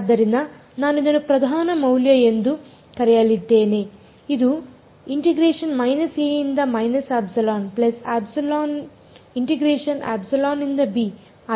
ಆದ್ದರಿಂದ ನಾನು ಇದನ್ನು ಪ್ರಧಾನ ಮೌಲ್ಯ ಎಂದು ಕರೆಯಲಿದ್ದೇನೆ ಇದು